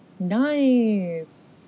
Nice